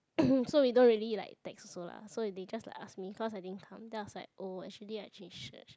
so we don't really like text also lah so they just like ask me cause I didn't come then I was like oh actually I change church